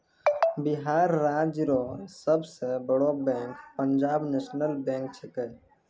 बिहार राज्य रो सब से बड़ो बैंक पंजाब नेशनल बैंक छैकै